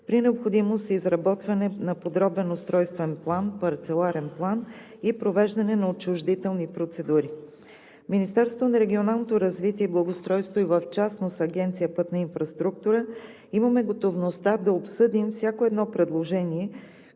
при необходимост изработване на подробен устройствен план – парцелиран план и провеждане на отчуждителни процедури. Министерството на регионалното развитие и благоустройството и в частност Агенцията „Пътна инфраструктура“ имаме готовността да обсъдим всяко едно предложение,